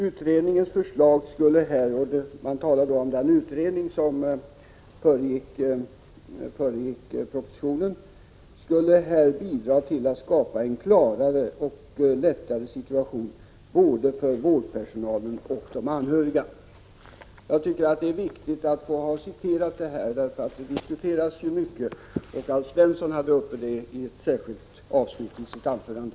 Utredningens förslag skulle här bidra till att skapa en klarare och lättare situation både för vårdpersonalen och för de anhöriga.” Det handlar således om den utredning som har föregått propositionen. För mig känns det viktigt att få läsa upp detta, eftersom frågan diskuteras mycket. Alf Svensson berörde också, som jag sade, denna sak i ett särskilt avsnitt av sitt anförande.